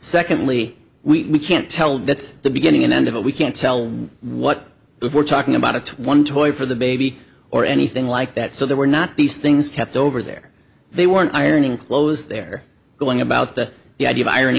secondly we can't tell that's the beginning and end of it we can't tell what if we're talking about of one toy for the baby or anything like that so there were not these things kept over there they weren't ironing clothes they're going about that the idea of iron